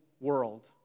world